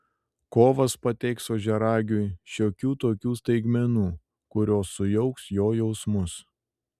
kovas pateiks ožiaragiui šiokių tokių staigmenų kurios sujauks jo jausmus